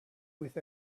with